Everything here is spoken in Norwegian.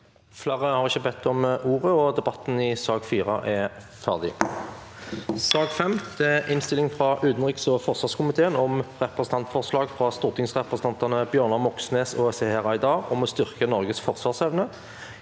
Flere har ikke bedt om ordet til sak nr. 4. S ak nr. 5 Innstilling fra utenriks- og forsvarskomiteen om Representantforslag fra stortingsrepresentantene Bjør- nar Moxnes og Seher Aydar om å styrke Norges forsvars- evne